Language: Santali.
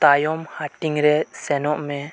ᱛᱟᱭᱚᱢ ᱦᱟᱹᱴᱤᱧ ᱨᱮ ᱥᱮᱱᱚᱜ ᱢᱮ